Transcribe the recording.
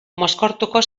mozkortuko